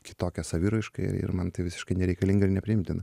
kitokią saviraišką ir ir man tai visiškai nereikalinga ir nepriimtina